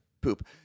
poop